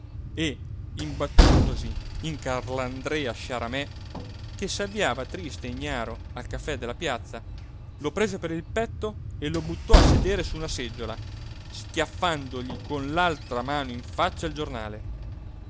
e imbattutosi in carlandrea sciaramè che s'avviava triste e ignaro al caffè della piazza lo prese per il petto e lo buttò a sedere su una seggiola schiaffandogli con l'altra mano in faccia il giornale